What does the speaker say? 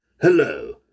Hello